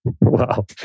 Wow